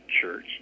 church